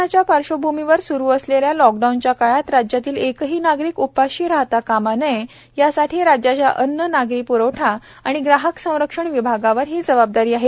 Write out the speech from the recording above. कोरोनाच्या पार्श्वभूमीवर सुरु असलेल्या लॉकडाऊनच्या काळात राज्यातील एकही नागरिक उपाशी राहता कामा नये यासाठी राज्याच्या अन्ननागरी प्रवठा आणि ग्राहक संरक्षण विभागावर ही जबाबदारी आहे